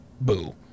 Boo